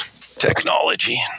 technology